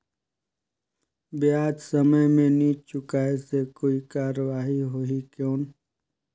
ब्याज समय मे नी चुकाय से कोई कार्रवाही होही कौन?